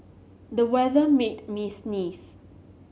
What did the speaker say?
the weather made me sneeze